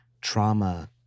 trauma